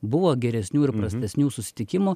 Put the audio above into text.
buvo geresnių ir prastesnių susitikimų